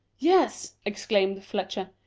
yes, exclaimed fletcher,